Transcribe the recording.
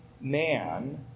man